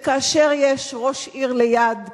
וכאשר יש ראש עיר ליד שמשווע: